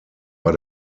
war